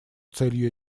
целью